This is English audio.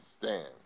stand